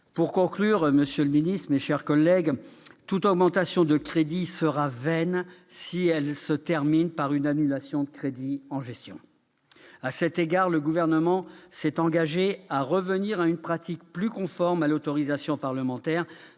Pour conclure, monsieur le secrétaire d'État, mes chers collègues, toute augmentation de crédits sera vaine si elle se termine par une annulation de crédits en gestion. À cet égard, le Gouvernement s'est engagé à revenir à une pratique plus conforme à l'autorisation parlementaire.